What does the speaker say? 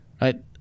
right